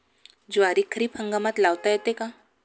ज्वारी खरीप हंगामात लावता येते का?